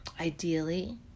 ideally